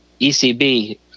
ECB